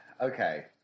Okay